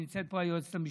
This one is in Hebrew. נמצאת פה היועצת המשפטית,